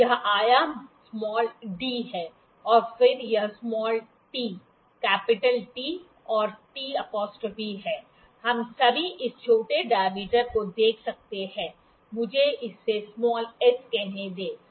तो यह आयाम d है और फिर यह t T और t है हम भी इस छोटे डाय्मीटर को देख सकते हैं मुझे इसे s कहनें दे